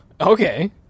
Okay